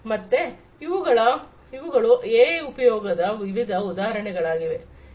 ಮತ್ತೆ ಇವುಗಳು ಎಐ ನ ಉಪಯೋಗದ ವಿವಿಧ ಉದಾಹರಣೆಗಳಾಗಿವೆ